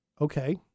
Okay